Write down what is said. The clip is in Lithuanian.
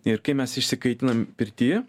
ir kai mes išsikaitinam pirty